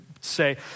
say